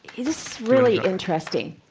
it's really interesting.